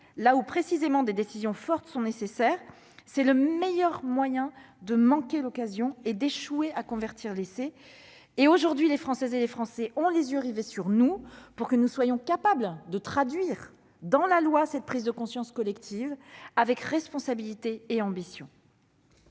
là où précisément des décisions fortes sont nécessaires est le meilleur moyen de manquer l'occasion et d'échouer à convertir l'essai. Aujourd'hui, les Françaises et les Français ont les yeux rivés sur nous pour que nous soyons capables de traduire dans la loi cette prise de conscience collective, avec responsabilité et ambition.